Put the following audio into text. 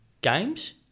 games